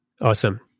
Awesome